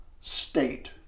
state